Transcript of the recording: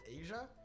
Asia